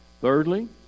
Thirdly